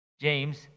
James